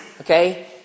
Okay